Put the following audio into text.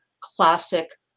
classic